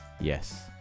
Yes